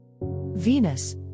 Venus